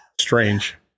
strange